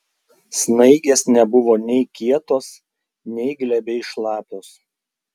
snaigės nebuvo nei kietos nei glebiai šlapios